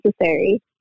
necessary